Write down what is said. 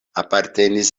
apartenis